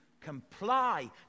comply